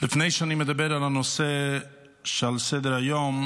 לפני שאני מדבר על הנושא שעל סדר-היום,